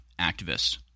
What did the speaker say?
activists